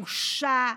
בושה,